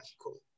cool